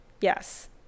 Yes